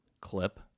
clip